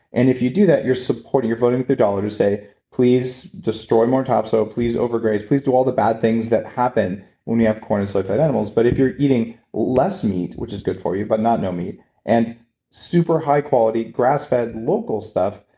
and if you do that, you're supporting, you're voting with your dollar to say please destroy more topsoil. please overgraze. please do all the bad things that happen when we have corn and soy-fed animals, but if you're eating less meat, which is good for you, but not no meat and super high quality grass-fed local stuff,